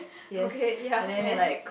okay ya man